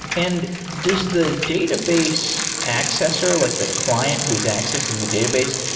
and does the database accessor, like the client who's accessing the database,